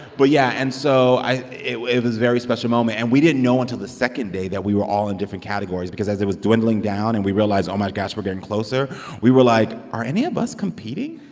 but yeah. and so i it it was a very special moment. and we didn't know until the second day that we were all in different categories because, as it was dwindling down and we realized oh, my gosh, we're getting closer we were like, are any of us competing?